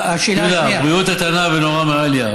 יהודה, בריאות איתנה ונהורא מעליא.